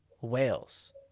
Wales